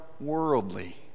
worldly